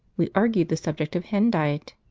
we argued the subject of hen diet.